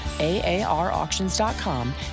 AARauctions.com